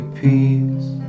peace